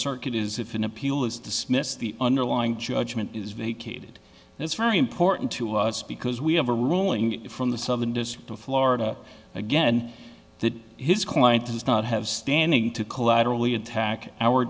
circuit is if an appeal is dismissed the underlying judgment is vacated that's very important to us because we have a ruling from the southern district of florida again that his client does not have standing to collaterally attack our